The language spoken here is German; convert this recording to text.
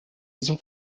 diesem